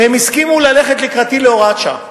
והם הסכימו ללכת לקראתי להוראת שעה,